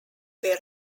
were